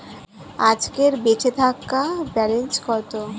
আজকের বেচে থাকা ব্যালেন্স কত?